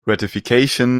ratification